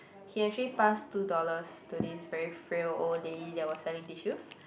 he actually passed two dollars to this very frail old lady that was selling tissues